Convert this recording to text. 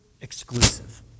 exclusive